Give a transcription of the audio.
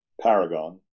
Paragon